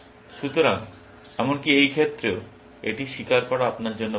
সুতরাং এমনকি এই ক্ষেত্রেও এটি স্বীকার করা আপনার জন্য ভাল